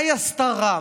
מה היא עשתה רע?